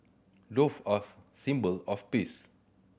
dove us symbol of peace